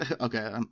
okay